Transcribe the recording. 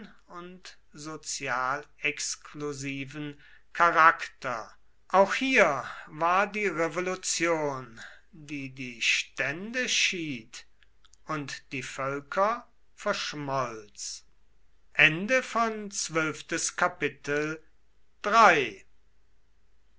und sozial exklusiven charakter auch hier war die revolution die die stände schied und die völker verschmolz